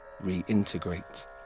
re-integrate